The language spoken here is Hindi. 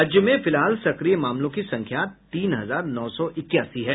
राज्य में फिलहाल सक्रिय मामलों की संख्या तीन हजार नौ सौ इक्यासी है